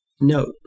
note